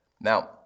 Now